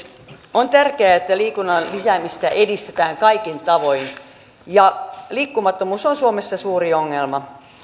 on tärkeää että liikunnan lisäämistä edistetään kaikin tavoin liikkumattomuus on suomessa suuri ongelma